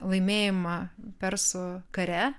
laimėjimą persų kare